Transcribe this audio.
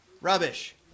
Rubbish